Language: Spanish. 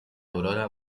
aurora